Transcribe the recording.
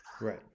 Right